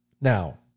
Now